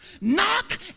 Knock